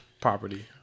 property